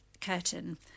curtain